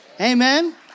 amen